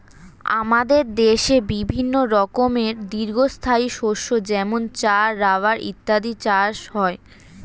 আমাদের দেশে বিভিন্ন রকমের দীর্ঘস্থায়ী শস্য যেমন চা, রাবার ইত্যাদির চাষ হয়